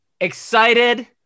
Excited